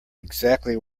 exactly